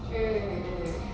mm mm